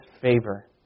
favor